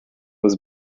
was